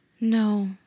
No